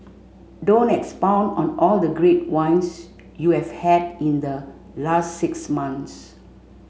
don't expound on all the great wines you have had in the last six months